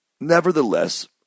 nevertheless